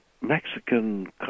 Mexican